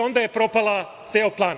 Onda je propao ceo plan.